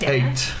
Eight